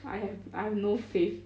I have I have no faith